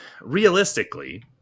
realistically